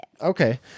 Okay